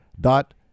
dot